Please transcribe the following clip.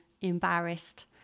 embarrassed